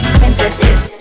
princesses